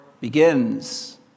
begins